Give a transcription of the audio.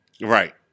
right